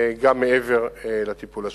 גם מעבר לטיפול השוטף.